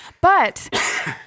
But-